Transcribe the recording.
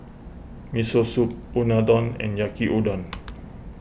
Miso Soup Unadon and Yaki Udon